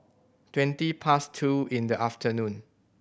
twenty past two in the afternoon